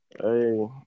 Hey